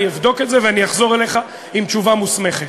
אני אבדוק את זה ואני אחזור אליך עם תשובה מוסמכת,